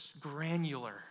granular